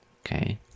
Okay